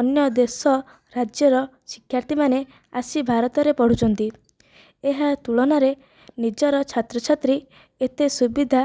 ଅନ୍ୟ ଦେଶ ରାଜ୍ୟର ଶିକ୍ଷାର୍ଥୀମାନେ ଆସି ଭାରତରେ ପଢ଼ୁଛନ୍ତି ଏହା ତୁଳନାରେ ନିଜର ଛାତ୍ରଛାତ୍ରୀ ଏତେ ସୁବିଧା